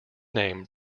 name